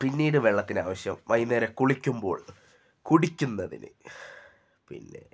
പിന്നീട് വെള്ളത്തിനാവശ്യം വൈകുന്നേരം കുളിക്കുമ്പോൾ കുടിക്കുന്നതിന് പിന്നെ